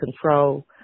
control